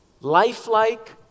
Lifelike